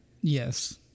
Yes